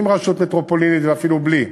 עם רשות מטרופולינית ואפילו בלי,